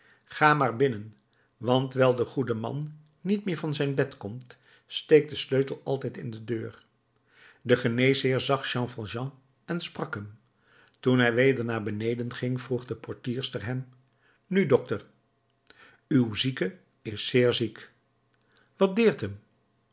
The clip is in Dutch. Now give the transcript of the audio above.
ga maar binnen want wijl de goede man niet meer van zijn bed komt steekt de sleutel altijd in de deur de geneesheer zag jean valjean en sprak hem toen hij weder naar beneden ging vroeg de portierster hem nu dokter uw zieke is zeer ziek wat deert hem